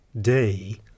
day